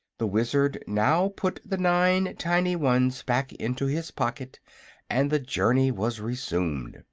the wizard now put the nine tiny ones back into his pocket and the journey was resumed.